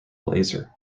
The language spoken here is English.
laser